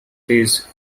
this